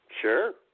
Sure